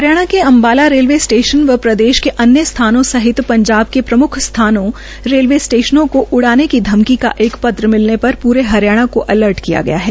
हरियाणा के Ambala railway station व हरियाणा के अन्य स्थानों सहित पंजाब के प्रम्ख स्थानों रेलवे स्टेशनों को उड़ाने की धमकी का एक पत्र मिलने पर प्ररे हरियाणा को अलर्ट किया गया है